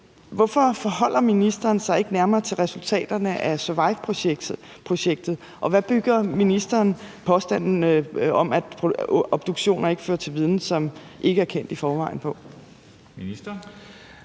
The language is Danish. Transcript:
hvorfor forholder ministeren sig ikke nærmere til resultaterne af SURVIVE-projektet? Og hvad bygger ministeren påstanden om, at obduktioner ikke fører til viden, som ikke er kendt i forvejen, på? Kl.